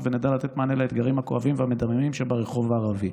ונדע לתת מענה לאתגרים הכואבים והמדממים שברחוב הערבי.